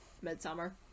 Midsummer